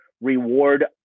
reward